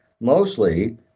mostly